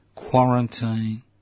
Quarantine